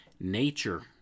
Nature